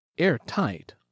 airtight